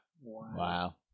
Wow